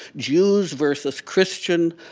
jews versus christian,